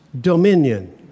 dominion